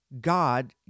God